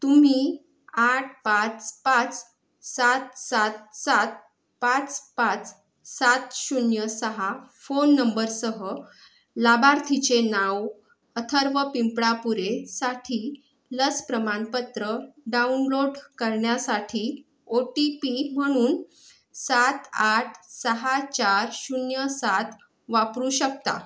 तुम्ही आठ पाच पाच सात सात सात पाच पाच सात शून्य सहा फोन नंबरसह लाभार्थीचे नाव अथर्व पिंपळापुरेसाठी लस प्रमाणपत्र डाऊनलोट करण्यासाठी ओ टी पी म्हणून सात आठ सहा चार शून्य सात वापरू शकता